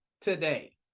today